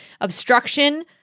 obstruction